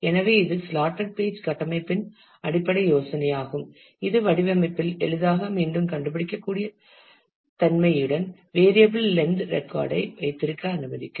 எனவே இது slotted page கட்டமைப்பின் அடிப்படை யோசனையாகும் இது வடிவமைப்பில் எளிதாக மீண்டும் கண்டுபிடிக்கக்கூடிய தன்மையுடன் வேரியப்பிள் லென்த் ரெக்கார்ட்ஐ வைத்திருக்க அனுமதிக்கும்